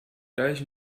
gleich